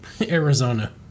Arizona